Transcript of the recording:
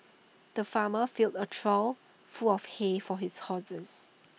the farmer filled A trough full of hay for his horses